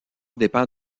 dépend